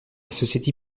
société